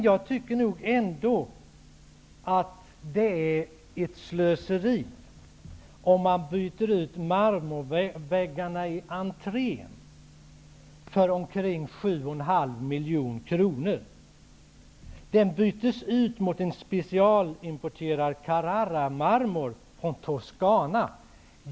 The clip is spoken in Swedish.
Jag tycker nog ändå att det är ett slöseri, om man byter ut marmorväggarna i entrén för omkring 7 1/2 Carraramarmor från Toscana.